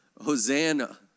Hosanna